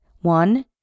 one